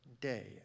day